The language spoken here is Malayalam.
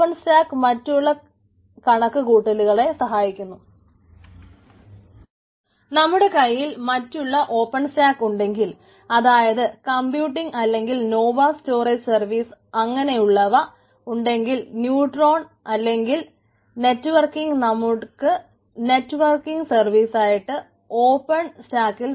ഓപ്പൺ സ്റ്റാക്ക് മറ്റുള്ള കണക്കു കൂട്ടലിനെ സഹായിക്കുന്നു നമ്മുടെ കൈയിൽ മറ്റുള്ള ഓപ്പൺ സ്റ്റാക്ക് ഉണ്ടെങ്കിൽ അതായത് കംപ്യൂട്ട് അല്ലെങ്കിൽ നോവ സ്റ്റോറേജ് സർവീസ് അങ്ങനെയുള്ളവ ഉണ്ടെങ്കിൽ ന്യൂട്രോൺ നെറ്റ്വർക്ക്